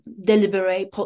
deliberate